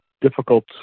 difficult